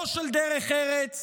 לא של דרך ארץ